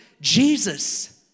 Jesus